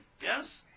yes